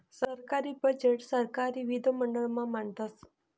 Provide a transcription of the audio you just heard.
सरकारी बजेट सरकारी विधिमंडळ मा मांडतस